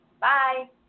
Bye